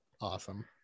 Awesome